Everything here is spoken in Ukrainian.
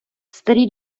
старі